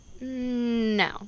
No